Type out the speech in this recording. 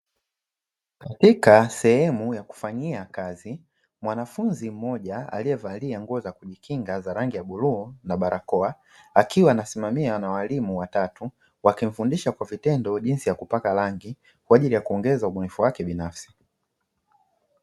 Katika sehemu yakufanyia kazi mwanafunzi mmoja, aliyevalia nguo zakujikinga za rangi bluu na barakoa, akiwa anasimamiwa na walimu watatu wakimfundisha kwa vitendo jinsi yakupaka rangi, kwaajili yakuongeza Ubunifu wake binafsi.